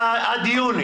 מרחיבים את התקופה עד יוני